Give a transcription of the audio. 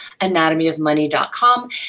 anatomyofmoney.com